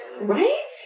Right